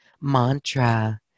mantra